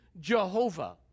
Jehovah